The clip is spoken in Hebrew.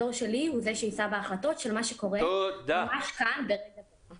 הדור שלי הוא זה שיישא בהחלטות של מה שקורה ממש כאן ברגע זה.